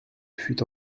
fut